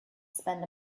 spend